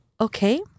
okay